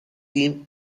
seem